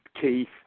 Keith